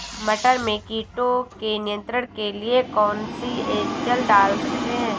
मटर में कीटों के नियंत्रण के लिए कौन सी एजल डाल सकते हैं?